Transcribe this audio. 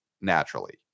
naturally